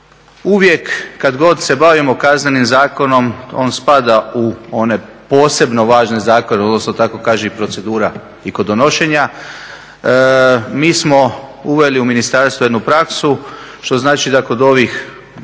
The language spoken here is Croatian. Uvijek kadgod se bavimo Kaznenim zakonom on spada u one posebno važne zakone odnosno tako kaže i procedura i kod donošenja. Mi smo uveli u ministarstvu jednu praksu što znači da kod ovih, ajde